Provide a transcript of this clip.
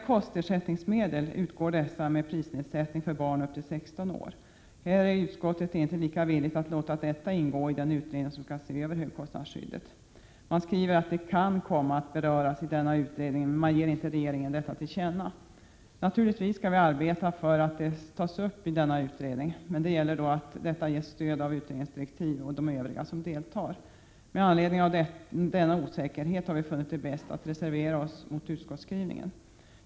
Kostersättningsmedel utgår med prisnedsättning för barn upp till 16 år. Utskottet är inte lika villigt att låta denna fråga ingå i den utredning som skall se över högkostnadsskyddet. Utskottet skriver att denna fråga kan komma att beröras i denna utredning, men vill inte göra något tillkännagivande till regeringen i ärendet. Naturligtvis skall vi arbeta för att frågan tas upp i denna utredning, men det gäller då att detta ges stöd av utredningsdirektiv och de övriga som deltar. Med anledning av denna osäkerhet har vi funnit det bäst 4 att reservera oss mot utskottsskrivningen.